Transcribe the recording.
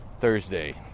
Thursday